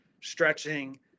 stretching